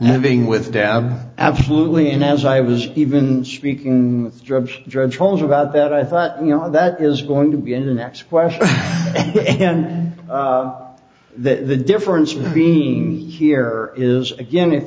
being with deb absolutely and as i was even speaking drugs drugs told you about that i thought you know that is going to be in the next question then the difference being here is again if